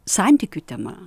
santykių tema